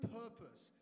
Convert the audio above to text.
purpose